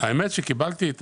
האמת היא שנרגעתי.